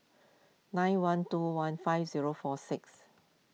nine one two one five zero four six